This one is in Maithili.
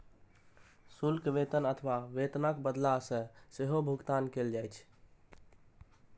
शुल्क वेतन अथवा वेतनक बदला मे सेहो भुगतान कैल जाइ छै